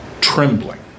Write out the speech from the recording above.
Trembling